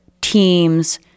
teams